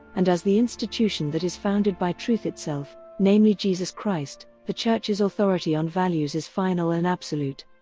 and as the institution that is founded by truth itself, namely jesus christ, the church's authority on values is final and absolute.